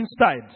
inside